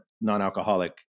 non-alcoholic